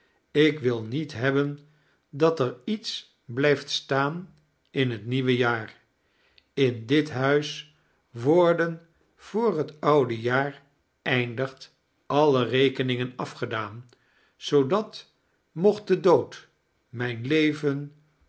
ik wil niet hebben dat er iets blijft staan in het meuwe jaar in dit huis worden voor het oude jaar eindigt alle rekeningen afgedaan zoodat mociht de dood mijn leven